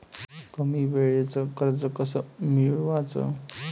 कमी वेळचं कर्ज कस मिळवाचं?